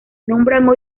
nombra